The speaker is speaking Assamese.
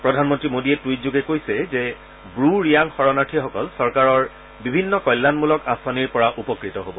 প্ৰধানমন্ত্ৰী মোদীয়ে টুইটযোগে কৈছে যে ব্ৰু ৰিয়াং শৰণাৰ্থীসকল চৰকাৰৰ বিভিন্ন কল্যাণমূলক আঁচনিৰ পৰা উপকৃত হ'ব